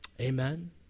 Amen